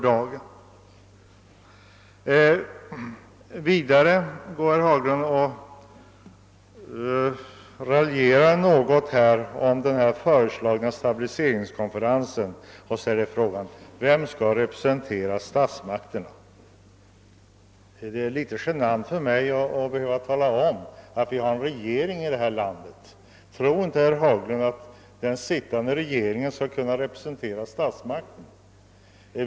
Herr Haglund raljerade något över den föreslagna stabiliseringskonferensen och frågade vem som skall representera statsmakterna där. Det är litet genant för mig att behöva tala om att vi har en regering i det här landet. Tror inte herr Haglund att den sittande regeringen kan representera statsmakterna?